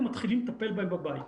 ומתחילים לטפל בהם בבית.